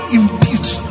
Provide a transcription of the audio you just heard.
impute